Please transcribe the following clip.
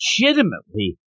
legitimately